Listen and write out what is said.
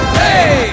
hey